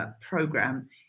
Program